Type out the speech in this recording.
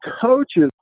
coaches